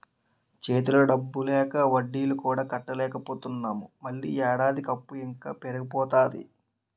చేతిలో డబ్బు లేక వడ్డీలు కూడా కట్టలేకపోతున్నాము మళ్ళీ ఏడాదికి అప్పు ఇంకా పెరిగిపోతాది